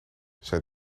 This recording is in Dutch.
zijn